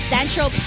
Central